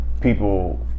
people